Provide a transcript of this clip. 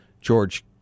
George